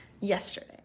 yesterday